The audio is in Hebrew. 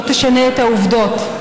לא תשנה את העובדות.